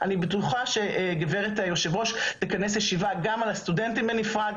אני בטוחה שגב' היו"ר תכנס ישיבה גם על הסטודנטים בנפרד,